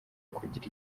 kugira